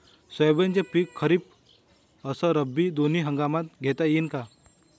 सोयाबीनचं पिक खरीप अस रब्बी दोनी हंगामात घेता येईन का?